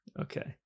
okay